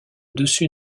dessus